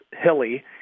hilly